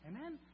Amen